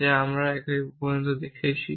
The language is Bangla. যা আমি এখন পর্যন্ত দেখিনি